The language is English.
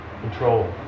control